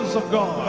of god